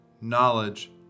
knowledge